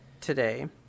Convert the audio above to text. today